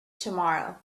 tomorrow